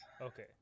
Okay